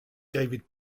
david